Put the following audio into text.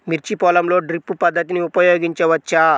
మిర్చి పొలంలో డ్రిప్ పద్ధతిని ఉపయోగించవచ్చా?